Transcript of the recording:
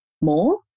more